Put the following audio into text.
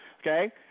okay